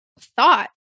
thought